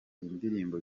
indirimbo